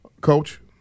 Coach